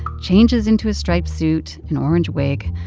changes into a striped suit, an orange wig.